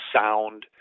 sound